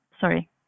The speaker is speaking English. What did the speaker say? sorry